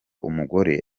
umugore